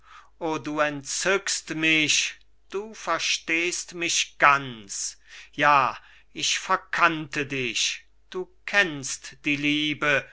o du entzückst mich du verstehst mich ganz ja ich verkannte dich du kennst die liebe